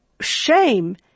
shame